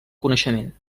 coneixement